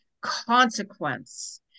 consequence